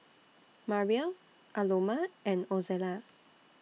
Mariel Aloma and Ozella